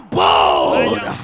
bold